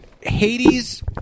Hades